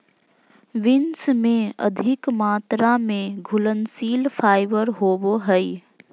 beans में अधिक मात्रा में घुलनशील फाइबर होवो हइ